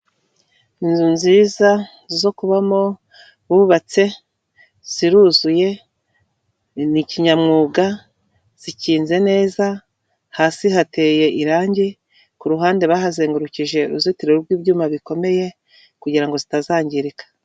Inzu nziza, zo kubamo bubatse, ziruzuye, ni kinyamwuga, zikinze neza, hasi hateye irangi, ku ruhande bahazengurukije uruzitiro rw'ibyuma bikomeye, kugira ngo zitazangirika.